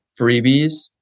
freebies